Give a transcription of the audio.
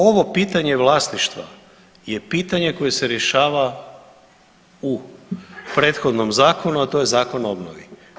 Ovo pitanje vlasništva je pitanje koje se rješava u prethodnom zakonu, a to je Zakon o obnovi.